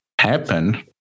happen